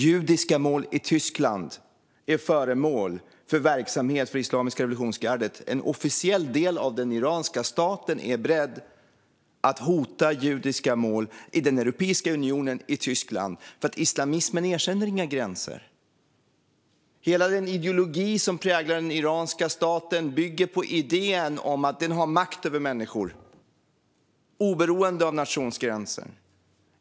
Judiska mål i Tyskland är föremål för Islamiska revolutionsgardets verksamhet! En officiell del av den iranska staten är beredd att hota judiska mål i Tyskland, i Europeiska unionen. Islamismen erkänner nämligen inga gränser. Hela den ideologi som präglar den iranska staten bygger på idén att den har makt över människor oberoende av nationsgränser.